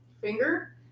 finger